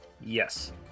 Yes